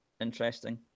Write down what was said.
Interesting